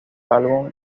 álbum